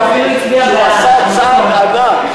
נדמה לי שהוא עשה צעד ענק.